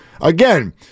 Again